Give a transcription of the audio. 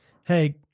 hey